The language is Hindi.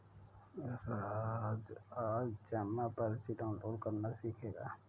राज आज जमा पर्ची डाउनलोड करना सीखेगा